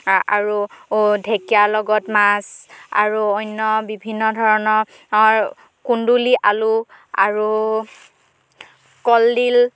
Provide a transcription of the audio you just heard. আৰু ঢেঁকীয়াৰ লগত মাছ আৰু অন্য বিভিন্ন ধৰণৰ কুন্দুলি আলু আৰু কলডিল